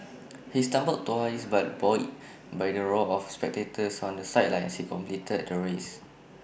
he stumbled twice but buoyed by the roar of spectators on the sidelines he completed the race